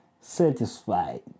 satisfied